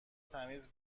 تمیز